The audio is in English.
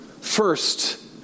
first